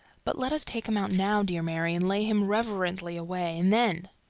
but let us take him out now, dear mary, and lay him reverently away and then!